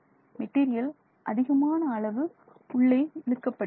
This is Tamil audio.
மெட்டீரியல் அதிகமான அளவு உள்ளே இழுக்கப்படுகிறது